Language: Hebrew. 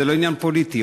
זה לא עניין פוליטי,